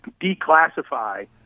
declassify